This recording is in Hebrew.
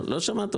לא.